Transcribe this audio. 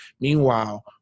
meanwhile